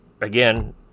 again